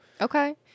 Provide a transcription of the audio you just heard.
okay